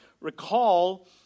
Recall